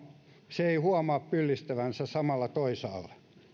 se ei huomaa pyllistävänsä samalla toisaalle